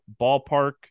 ballpark